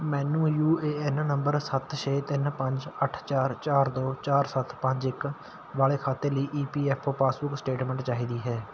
ਮੈਨੂੰ U A N ਨੰਬਰ ਸੱਤ ਛੇ ਤਿੰਨ ਪੰਜ ਅੱਠ ਚਾਰ ਚਾਰ ਦੋ ਚਾਰ ਸੱਤ ਪੰਜ ਇੱਕ ਵਾਲੇ ਖਾਤੇ ਲਈ E P F O passbook statement ਚਾਹੀਦੀ ਹੈ